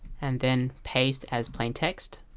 and then paste as plain text